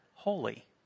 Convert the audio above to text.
Holy